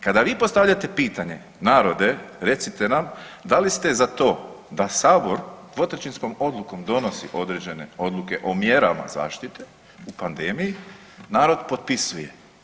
Kada vi postavljate pitanje, narode recite nam da li ste za to da sabor 2/3 odlukom donosi određene odluke o mjerama zaštite u pandemiji, narod potpisuje.